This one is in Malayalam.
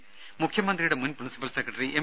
ത മുഖ്യമന്ത്രിയുടെ മുൻ പ്രിൻസിപ്പൽ സെക്രട്ടറി എം